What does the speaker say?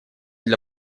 для